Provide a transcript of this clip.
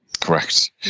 correct